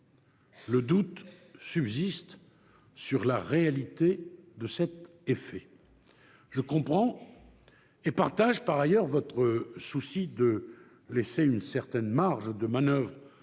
Le doute subsiste sur la réalité de cet effet. Je comprends et partage par ailleurs votre souci de laisser une certaine marge de manoeuvre